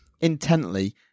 intently